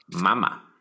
Mama